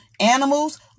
Animals